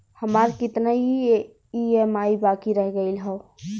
हमार कितना ई ई.एम.आई बाकी रह गइल हौ?